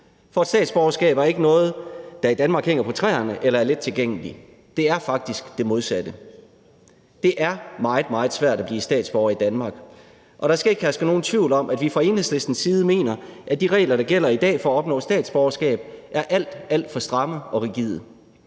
For et statsborgerskab er ikke noget, der i Danmark hænger på træerne eller er let tilgængeligt. Det er faktisk det modsatte. Det er meget, meget svært at blive statsborger i Danmark, og der skal ikke herske nogen tvivl om, at vi fra Enhedslistens side mener, at de regler, der gælder i dag, for at opnå statsborgerskab, er alt, alt for stramme og rigide.